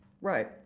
Right